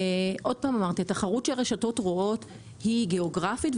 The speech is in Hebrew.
התחרות שהרשתות רואות היא גיאוגרפית,